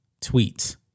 tweets